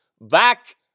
back